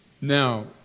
Now